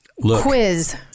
quiz